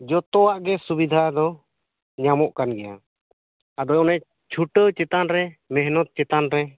ᱡᱚᱛᱚᱣᱟᱜ ᱜᱮ ᱥᱩᱵᱤᱫᱷᱟ ᱫᱚ ᱧᱟᱢᱚᱜ ᱠᱟᱱ ᱜᱮᱭᱟ ᱟᱫᱚ ᱚᱱᱮ ᱪᱷᱩᱴᱟᱹᱣ ᱪᱮᱛᱟᱱ ᱨᱮ ᱢᱮᱦᱚᱱᱚᱛ ᱪᱮᱛᱟᱱ ᱨᱮ